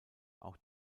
auch